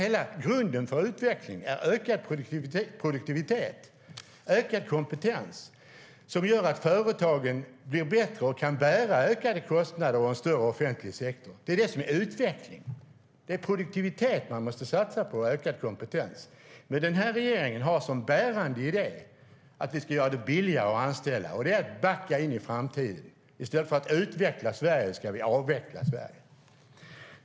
Hela grunden för utveckling är ökad produktivitet och ökad kompetens som gör att företagen kan bära ökade kostnader och en större offentlig sektor. Det är utveckling. Man måste satsa på produktivitet och att öka kompetensen. Den här regeringen har som bärande idé att vi ska göra det billigare att anställa. Det är att backa in i framtiden. I stället för att utveckla Sverige ska vi avveckla Sverige.